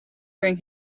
during